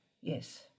yes